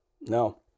no